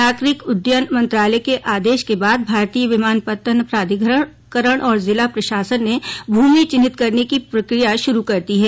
नागरिक उड्डयन मंत्रालय के आदेश के बाद भारतीय विमानपत्तन प्राधिकरण और जिला प्रशासन ने भूमि चिन्हित करने की प्रक्रिया शुरू कर दी है